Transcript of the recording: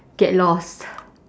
get lost